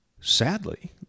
Sadly